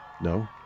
No